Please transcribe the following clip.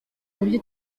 buryo